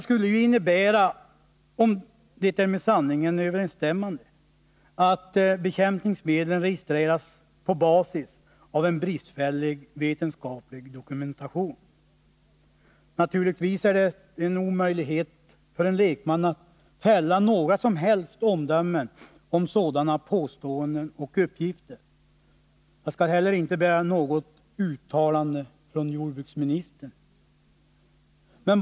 Om detta är med sanningen överensstämmande innebär det att bekämpningsmedlen har registrerats på basis av en bristfällig vetenskaplig dokumentation. Naturligtvis är det omöjligt för en lekman att fälla några som helst omdömen om sådana uppgifter, och jag skall heller inte begära något uttalande från jordbruksministern.